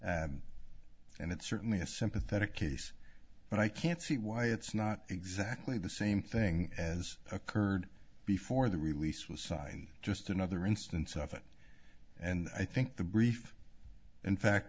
and and it's certainly a sympathetic case but i can't see why it's not exactly the same thing as occurred before the release was signed just another instance of it and i think the brief in fact